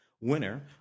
winner